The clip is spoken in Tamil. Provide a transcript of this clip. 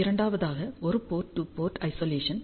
இரண்டாவதாக ஒரு போர்ட் டூ போர்ட் ஐசொலேசன்